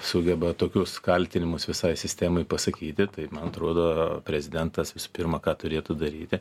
sugeba tokius kaltinimus visai sistemai pasakyti tai man atrodo prezidentas visų pirma ką turėtų daryti